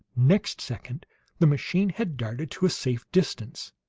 next second the machine had darted to a safe distance,